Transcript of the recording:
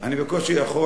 אני בקושי יכול,